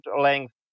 length